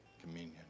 communion